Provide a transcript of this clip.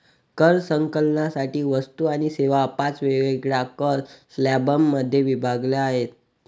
कर संकलनासाठी वस्तू आणि सेवा पाच वेगवेगळ्या कर स्लॅबमध्ये विभागल्या आहेत